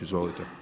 Izvolite.